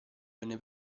venne